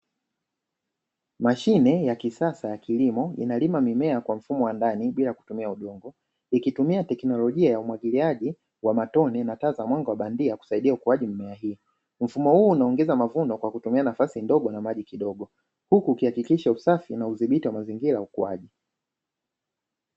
Mashine ya kisasa ya kilimo, inalima mimea kwa mfumo wa ndani bila kutumia udongo. Ikitumia teknolojia ya umwagiliaji wa matone na taa za mwanga wa bandia kusaidia ukuaji wa mimea hii. Mfumo huu unaongeza mavuno kwa kutumia nafasi ndogo na maji kidogo, huku ukihakikisha usafi na udhibiti wa mazingira ya ukuaji.